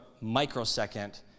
microsecond